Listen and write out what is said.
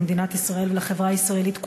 למדינת ישראל ולחברה הישראלית כולה.